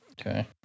Okay